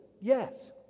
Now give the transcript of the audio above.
Yes